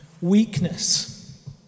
Weakness